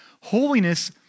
holiness